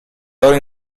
loro